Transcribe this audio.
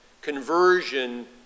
Conversion